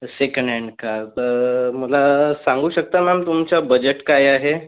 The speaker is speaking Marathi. सेकंड हॅन्ड कार तर मला सांगू शकता मॅम तुमचा बजेट काय आहे